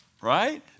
right